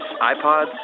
iPods